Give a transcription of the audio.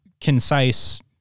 concise